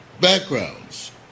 backgrounds